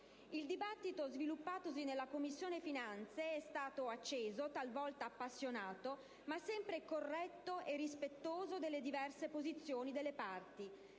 Il dibattito sviluppatosi nella Commissione finanze è stato acceso, talvolta appassionato, ma sempre corretto e rispettoso delle diverse posizioni delle parti.